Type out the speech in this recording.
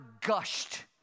gushed